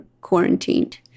quarantined